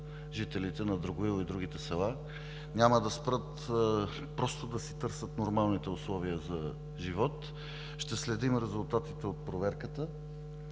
жителите на Драгоил и другите села, няма да спрат да си търсят нормалните условия за живот. Ще следим резултатите от проверката